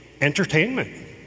entertainment